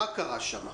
מה קרה שם?